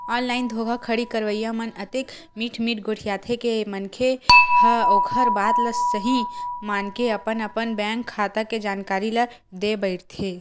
online धोखाघड़ी करइया मन अतेक मीठ मीठ गोठियाथे के मनखे ह ओखर बात ल सहीं मानके अपन अपन बेंक खाता के जानकारी ल देय बइठथे